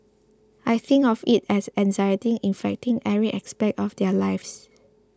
I think of it as anxiety infecting every aspect of their lives